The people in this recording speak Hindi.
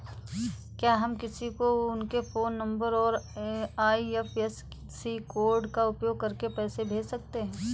क्या हम किसी को उनके फोन नंबर और आई.एफ.एस.सी कोड का उपयोग करके पैसे कैसे भेज सकते हैं?